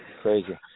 Crazy